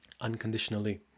unconditionally